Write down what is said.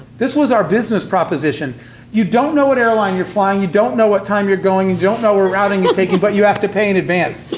this was our business proposition you don't know what airline you're flying, you don't know what time you're going, you don't know what routing you're taking, but you have to pay in advance.